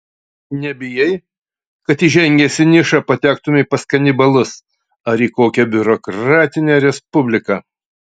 nebijai kad įžengęs į nišą patektumei pas kanibalus ar į kokią biurokratinę respubliką